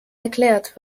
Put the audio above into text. erklärt